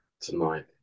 tonight